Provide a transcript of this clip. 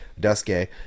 Duske